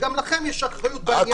גם לכם יש אחריות בנושא.